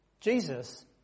Jesus